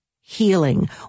healing